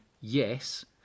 yes